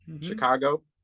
Chicago